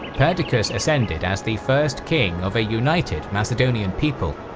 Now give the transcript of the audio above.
perdiccas ascended as the first king of a united macedonian people,